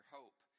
hope